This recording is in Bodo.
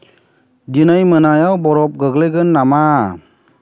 दिनै मोनायाव बरफ गोग्लैगोन नामा